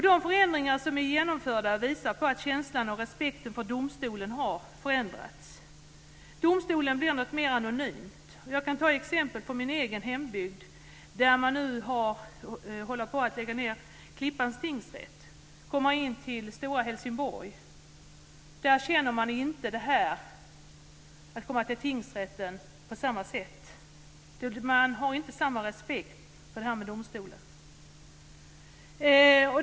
De förändringar som är genomförda visar att känslan och respekten för domstolen har förändrats. Domstolen blir något mer anonymt. Jag kan ta ett exempel från min egen hembygd, där man nu håller på att lägga ned Klippans tingsrätt. Man ska komma in till stora Helsingborg. Där känner man inte detta med att komma till tingsrätten på samma sätt. Man har inte samma respekt för domstolen.